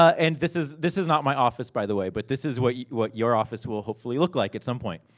and this is this is not my office by the way. but this is what what your office will hopefully look, like at some point.